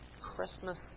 Christmas